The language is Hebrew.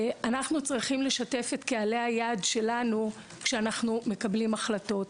אנחנו צריכים לשתף את קהלי היעד שלנו כשאנחנו מקבלים החלטות.